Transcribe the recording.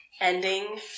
ending